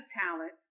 talent